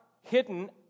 hidden